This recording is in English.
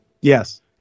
Yes